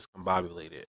discombobulated